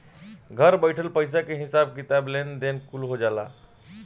घर बइठल पईसा के हिसाब किताब, लेन देन कुल हो जाला